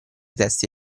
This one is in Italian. testi